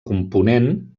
component